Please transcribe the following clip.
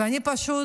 ואני פשוט